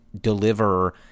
deliver